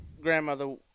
grandmother